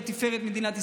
לתפארת מדינת ישראל.